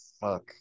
fuck